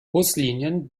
buslinien